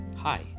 Hi